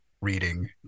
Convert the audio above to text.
reading